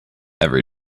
every